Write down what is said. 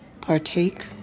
partake